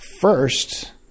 First